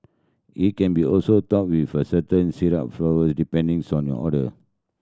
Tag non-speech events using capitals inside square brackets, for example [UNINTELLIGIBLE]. it can be also topped with a certain syrup [UNINTELLIGIBLE] depending [UNINTELLIGIBLE] on your order